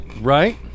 right